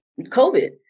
COVID